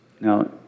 Now